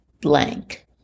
blank